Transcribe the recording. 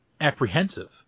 apprehensive